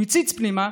הוא הציץ פנימה